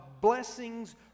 blessings